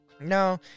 No